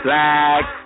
Black